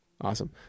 Awesome